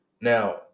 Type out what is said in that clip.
Now